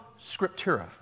scriptura